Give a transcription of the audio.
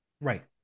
Right